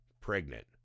pregnant